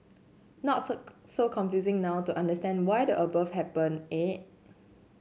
not so so confusing now to understand why the above happened eh